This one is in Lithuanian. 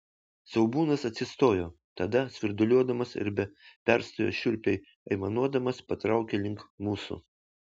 siaubūnas atsistojo tada svirduliuodamas ir be perstojo šiurpiai aimanuodamas patraukė link mūsų